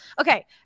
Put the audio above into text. Okay